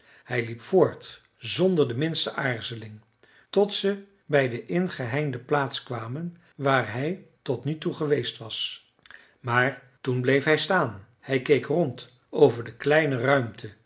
hij liep voort zonder de minste aarzeling tot ze bij de ingeheinde plaats kwamen waar hij tot nu toe geweest was maar toen bleef hij staan hij keek rond over de kleine ruimte